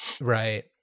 Right